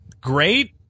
great